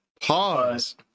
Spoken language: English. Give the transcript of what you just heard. pause